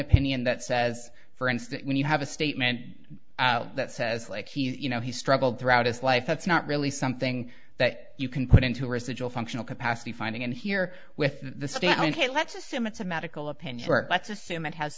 opinion that says for instance when you have a statement that says like he's you know he struggled throughout his life that's not really something that you can put into a residual functional capacity finding in here with the state ok let's assume it's a medical opinion let's assume it has